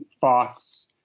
Fox